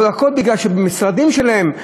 אבל הכול בגלל שהמשרדים שלהם,